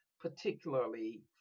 particularly